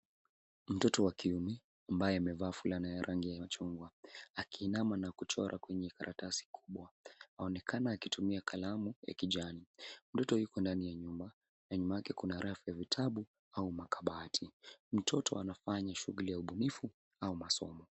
Mtoto wa kiume ambaye amevaa fulana ya rangi ya machungwa akiinama na kuchora kwenye karatasi kubwa. Anaonekana akitumia kalamu ya kijani. Mtoto yuko ndani ya nyumba na nyuma yake kuna rafu ya vitabu au makabati. Mtoto anafanya shughuli ya ubunifu au masomo.